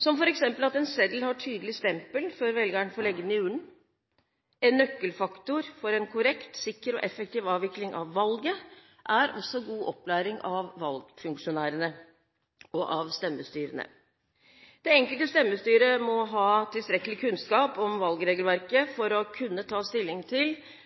som f.eks. at en seddel har tydelig stempel før velgeren får legge den i urnen. En nøkkelfaktor for en korrekt, sikker og effektiv avvikling av valget er også god opplæring av valgfunksjonærene og stemmestyrene. Det enkelte stemmestyre må ha tilstrekkelig kunnskap om valgregelverket for å kunne ta stilling til